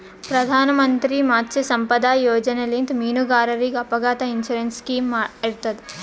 ಪ್ರಧಾನ್ ಮಂತ್ರಿ ಮತ್ಸ್ಯ ಸಂಪದಾ ಯೋಜನೆಲಿಂತ್ ಮೀನುಗಾರರಿಗ್ ಅಪಘಾತ್ ಇನ್ಸೂರೆನ್ಸ್ ಸ್ಕಿಮ್ ಇರ್ತದ್